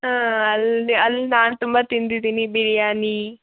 ಹಾಂ ಅಲ್ಲಿ ಅಲ್ಲಿ ನಾನು ತುಂಬ ತಿಂದಿದ್ದೀನಿ ಬಿರಿಯಾನಿ